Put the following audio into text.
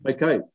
Okay